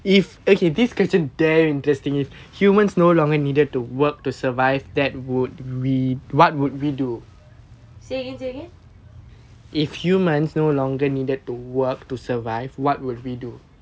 say again say again